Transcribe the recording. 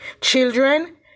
Children